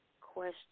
question